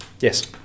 Yes